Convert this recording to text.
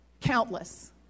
Countless